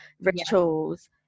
rituals